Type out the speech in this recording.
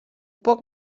poc